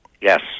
Yes